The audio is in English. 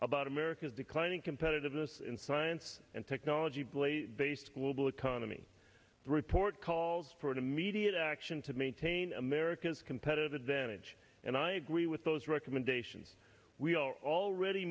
about america's declining competitiveness in science and technology blade based global economy report calls for an immediate action to maintain america's competitive advantage and i agree with those recommendations we are already